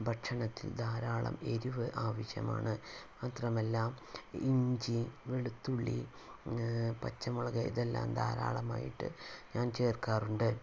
ഭക്ഷണത്തിൽ ധാരാളം എരിവ് ആവശ്യമാണ് മാത്രമല്ല ഇഞ്ചി വെളുത്തുള്ളി പച്ചമുളക് ഇതെല്ലാം ധാരാളമായിട്ട് ഞാൻ ചേർക്കാറുണ്ട്